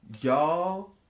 y'all